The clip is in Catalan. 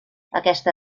aquesta